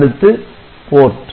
அடுத்து PORT